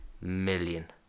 million